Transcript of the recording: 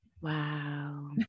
Wow